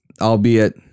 albeit